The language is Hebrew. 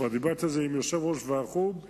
כבר דיברתי על זה עם יושב-ראש ועדת החוץ והביטחון,